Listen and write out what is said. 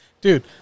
Dude